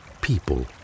people